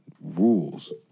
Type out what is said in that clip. rules